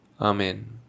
Amen